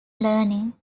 learning